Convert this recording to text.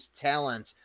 talent